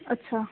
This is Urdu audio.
اچھا